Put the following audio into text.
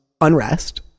unrest